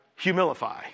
humilify